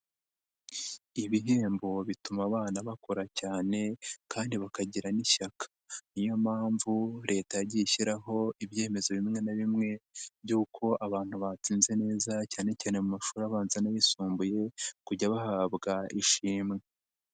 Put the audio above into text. Ibihembo bituma abana bakora cyane kandi bakagira n'ishyaka, niyo mpamvu Leta yagiye ishyiraho ibyemezo bimwe na bimwe by'uko abantu batsinze neza cyane cyane mu mashuri abanza n'ayisumbuye, kujya bahabwa ishimwe.